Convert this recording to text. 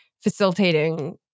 facilitating